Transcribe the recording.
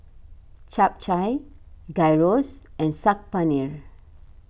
Japchae Gyros and Saag Paneer